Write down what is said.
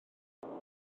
ambell